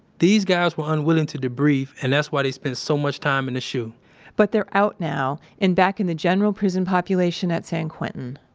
these guys were unwilling to debrief and that's why they spend so much time in the shu but they're out now and back in the general prison population at san quentin